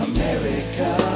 America